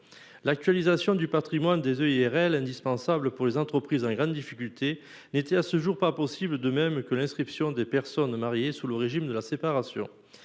à responsabilité limitée (EIRL), indispensable pour les entreprises en grande difficulté, n'était à ce jour pas possible, de même que l'inscription des personnes mariées sous le régime de la séparation.